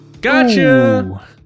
gotcha